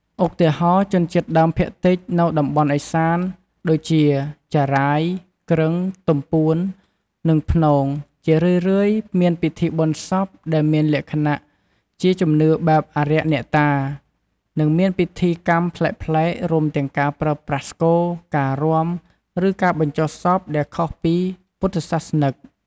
ឧទាហរណ៍ ជនជាតិដើមភាគតិចនៅតំបន់ឦសានដូចជា ចារ៉ាយ គ្រឹង ទំពួន និងព្នង ជារឿយៗមានពិធីបុណ្យសពដែលមានលក្ខណៈជាជំនឿបែបអារក្សអ្នកតា និងមានពិធីកម្មប្លែកៗ រួមទាំងការប្រើប្រាស់ស្គរ ការរាំ ឬការបញ្ចុះសពដែលខុសពីពុទ្ធសាសនិក។